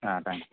ஆ thanks